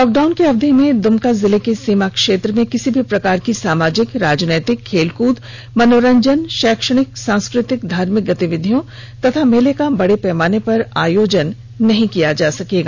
lockdown की अवधि में दुमका जिला के सीमा क्षेत्र में किसी भी प्रकार की सामाजिक राजनैतिक खेलकृद मनोरंजन शैक्षणिक सांस्कृतिक धार्मिक गतिविधि और मेले का बड़े पैमाने पर आयोजन नहीं किया जाएगा